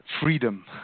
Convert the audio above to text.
freedom